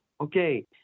okay